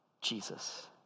Jesus